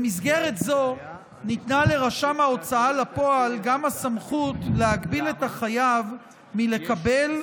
במסגרת זו ניתנה לרשם ההוצאה לפועל גם הסמכות להגביל את החייב מלקבל,